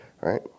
right